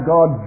God